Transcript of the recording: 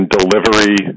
delivery